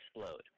explode